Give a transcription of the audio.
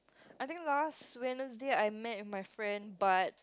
I think last Wednesday I met with my friend but